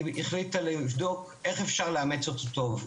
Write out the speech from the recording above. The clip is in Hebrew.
היא החליטה לבדוק איך אפשר לאמץ אותו טוב.